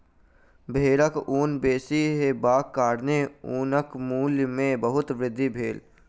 भेड़क ऊन बेसी हेबाक कारणेँ ऊनक मूल्य में बहुत वृद्धि भेल